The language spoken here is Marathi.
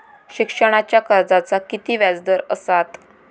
शिक्षणाच्या कर्जाचा किती व्याजदर असात?